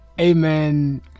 Amen